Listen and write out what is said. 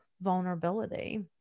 vulnerability